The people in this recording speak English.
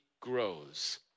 grows